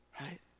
Right